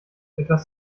etwas